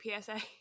PSA